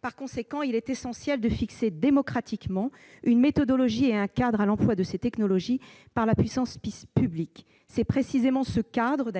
Par conséquent, il est essentiel de fixer démocratiquement une méthodologie et un cadre à l'emploi de ces technologies par la puissance publique. C'est précisément ce cadre